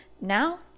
now